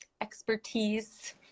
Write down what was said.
expertise